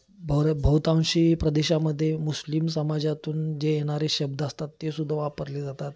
भर बहुतांश प्रदेशामध्ये मुस्लिम समाजातून जे येणारे शब्द असतात तेसुद्धा वापरले जातात